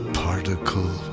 particle